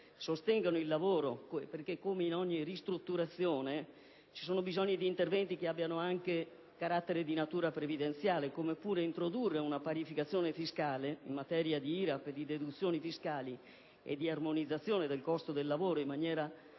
sostengano il lavoro. Come in ogni ristrutturazione sono necessari interventi che abbiano anche carattere previdenziale, come pure è opportuno introdurre una parificazione fiscale in materia di IRAP e di deduzioni fiscali e di armonizzazione del costo del lavoro, in maniera